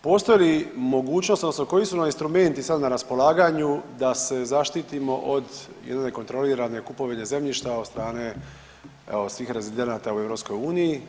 Postoji li mogućnost odnosno koji su nam instrumenti sad na raspolaganju da se zaštitimo od jedne nekontrolirane kupovine zemljišta od strane svih rezidenata u EU?